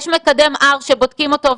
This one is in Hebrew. יש מקדם R שבודקים אותו,